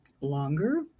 longer